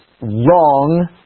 wrong